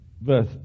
verse